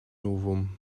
novum